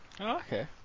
Okay